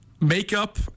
Makeup